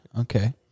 Okay